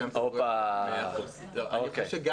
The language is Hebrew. אוקיי.